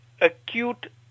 acute